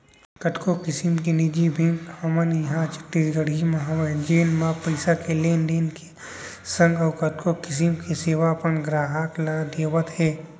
कतको किसम के निजी बेंक हमन इहॉं छत्तीसगढ़ म हवय जेन म पइसा के लेन देन के संग अउ कतको किसम के सेवा अपन गराहक ल देवत हें